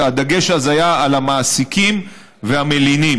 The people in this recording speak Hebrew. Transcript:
הדגש אז היה על המעסיקים והמלינים,